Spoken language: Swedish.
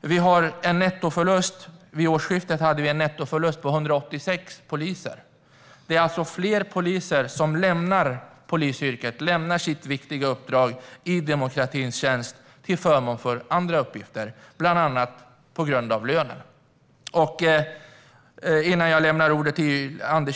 Vid årsskiftet hade vi en nettoförlust på 186 poliser. Det är alltså fler poliser som lämnar polisyrket, lämnar sitt viktiga uppdrag i demokratins tjänst, till förmån för andra uppgifter, bland annat på grund av lönen. Innan det är dags